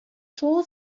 tall